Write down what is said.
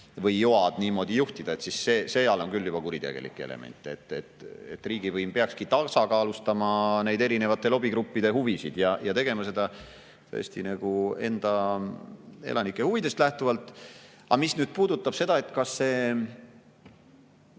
või ‑joad niimoodi juhtida, siis seal on juba kuritegelikku elementi juures. Riigivõim peaks tasakaalustama neid erinevate lobigruppide huvisid ja tegema seda tõesti elanike huvidest lähtuvalt. Aga mis puudutab seda, kas